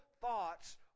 thoughts